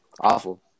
Awful